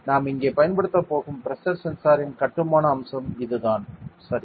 நாம் இங்கே பயன்படுத்தப் போகும் பிரஷர் சென்சாரின் கட்டுமான அம்சம் இதுதான் சரி